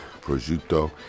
prosciutto